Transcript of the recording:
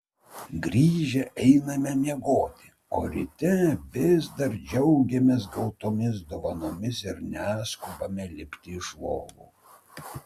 grįžę einame miegoti o ryte vis dar džiaugiamės gautomis dovanomis ir neskubame lipti iš lovų